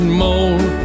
more